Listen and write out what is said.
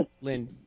Lynn